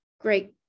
great